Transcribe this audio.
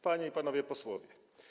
Panie i Panowie Posłowie!